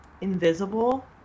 invisible